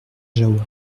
jahoua